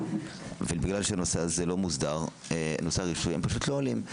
ובגלל שנושא הרישוי לא מוסדר הם פשוט לא עולים.